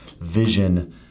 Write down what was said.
vision